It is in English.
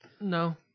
No